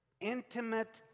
intimate